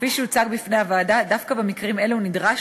כפי שהוצג בפני הוועדה, דווקא במקרים אלו נדרש